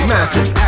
Massive